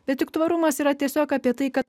bet tik tvarumas yra tiesiog apie tai kad